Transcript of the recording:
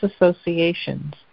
associations